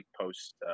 post